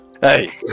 Hey